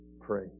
pray